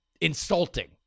insulting